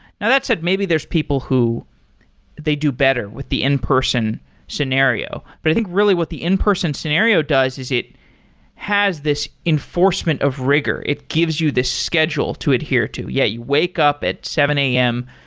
now that said, maybe there's people who they do better with the in-person scenario, but i think really what the in-person scenario does is it has this enforcement of rigor. it gives you this schedule to adhere to, yet you wake up at seven am.